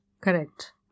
Correct